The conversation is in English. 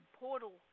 portal